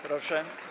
Proszę.